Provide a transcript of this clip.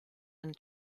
and